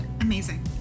Amazing